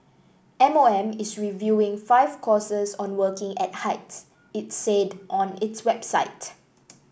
M O M is reviewing five courses on working at heights its said on its website